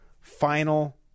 final